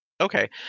Okay